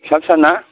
फिसा फिसा ना